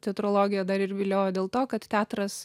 teatrologija dar ir viliojo dėl to kad teatras